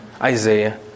Isaiah